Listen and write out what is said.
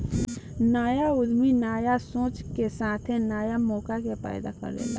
न्या उद्यमी न्या सोच के साथे न्या मौका के पैदा करेला